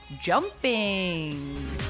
Jumping